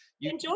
Enjoy